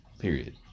period